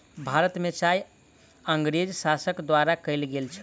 भारत में चाय अँगरेज़ शासन द्वारा कयल गेल छल